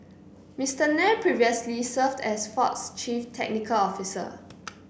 Mister Nair previously served as Ford's chief technical officer